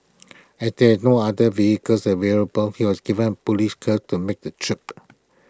as there were no other vehicles available he was given A Police hearse to make the trip